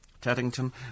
Teddington